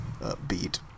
upbeat